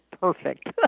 perfect